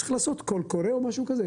צריך לעשות קול קורא או משהו כזה.